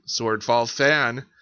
SwordfallFan